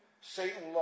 Satan